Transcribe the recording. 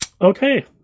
Okay